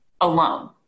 alone